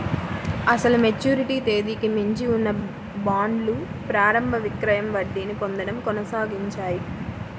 అసలు మెచ్యూరిటీ తేదీకి మించి ఉన్న బాండ్లు ప్రారంభ విక్రయం వడ్డీని పొందడం కొనసాగించాయి